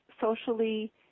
socially